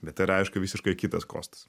bet tai yra aišku visiškai kitas kostas